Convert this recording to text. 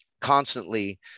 constantly